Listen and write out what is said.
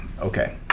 Okay